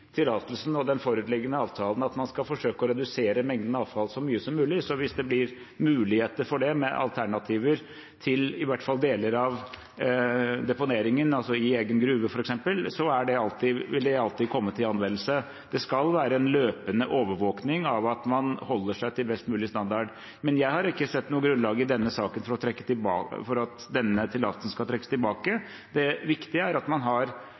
tillatelsen og den foreliggende avtalen at man skal forsøke å redusere mengden avfall så mye som mulig, så hvis det blir muligheter for det, med alternativer til i hvert fall deler av deponeringen, altså i egen gruve f.eks., vil det alltid komme til anvendelse. Det skal være en løpende overvåking av at man holder seg til best mulig standard. Men jeg har ikke sett noe grunnlag i denne saken for at denne tillatelsen skal trekkes tilbake. Det viktige er at man har